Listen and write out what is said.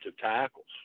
tackles